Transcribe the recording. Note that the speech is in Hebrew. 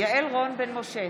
יעל רון בן משה,